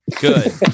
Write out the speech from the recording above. Good